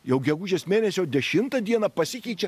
jau gegužės mėnesio dešimtą dieną pasikeičia